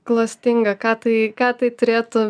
klastinga ką tai ką tai turėtų